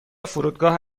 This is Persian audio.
فرودگاه